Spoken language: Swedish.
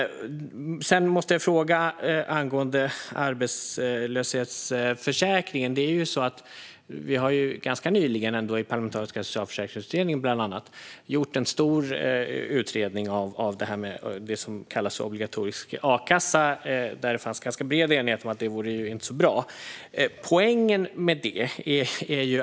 Sedan måste jag ställa en fråga angående arbetslöshetsförsäkringen. Vi har ju ganska nyligen i den parlamentariska socialförsäkringsutredningen gjort en stor utredning om att införa det som kallas obligatorisk a-kassa. Där fanns det en ganska bred enighet om att det inte vore så bra.